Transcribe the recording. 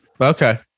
okay